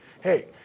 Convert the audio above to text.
hey